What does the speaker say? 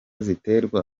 ziterwa